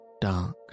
dark